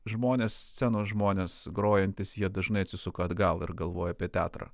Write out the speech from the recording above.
žmonės scenos žmonės grojantys jie dažnai atsisuka atgal ir galvoja apie teatrą